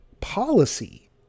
policy